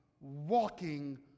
walking